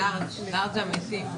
מיום שהגשתם את הבקשה.